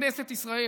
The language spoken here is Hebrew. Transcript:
כנסת ישראל,